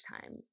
time